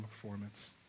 performance